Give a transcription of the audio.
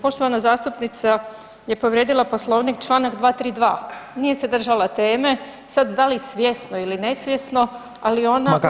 Poštovana zastupnica je povrijedila Poslovnik, Članak 232., nije se držala teme, sad da li svjesno ili nesvjesno, ali ona